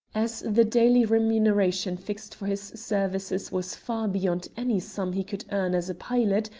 as the daily remuneration fixed for his services was far beyond any sum he could earn as a pilot,